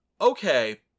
okay